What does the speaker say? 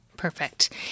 Perfect